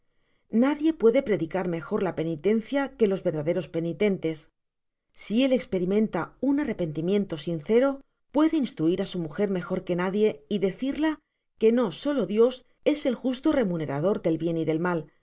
nadie puede predicar mejor la penitencia que los verdaderos penitentes si él esperimenta un arrepentimiento sincero pue de instruir á su mujer mejor que nadie y decirla que no solo dios es el justo remunerador del bien y del mal